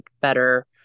better